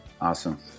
Awesome